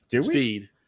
Speed